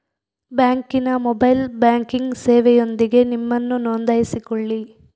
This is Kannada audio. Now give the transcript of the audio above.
ಬ್ಯಾಂಕಿನ ಮೊಬೈಲ್ ಬ್ಯಾಂಕಿಂಗ್ ಸೇವೆಯೊಂದಿಗೆ ನಿಮ್ಮನ್ನು ನೋಂದಾಯಿಸಿಕೊಳ್ಳಿ